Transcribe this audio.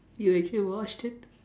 you actually watched it